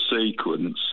sequence